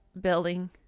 building